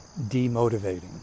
demotivating